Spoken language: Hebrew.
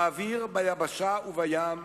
באוויר, ביבשה ובים,